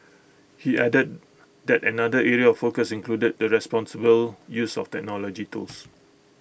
he added that another area of focus includes the responsible use of technology tools